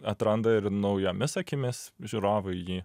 atranda ir naujomis akimis žiūrovai jį